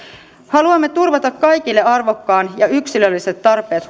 haluamme turvata kaikille arvokkaan ja yksilölliset tarpeet